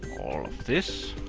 all of this.